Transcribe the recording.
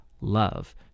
love